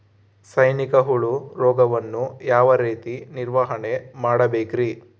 ಸೈನಿಕ ಹುಳು ರೋಗವನ್ನು ಯಾವ ರೇತಿ ನಿರ್ವಹಣೆ ಮಾಡಬೇಕ್ರಿ?